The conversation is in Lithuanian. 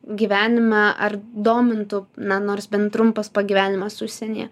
gyvenime ar domintų na nors bent trumpas pagyvenimas užsienyje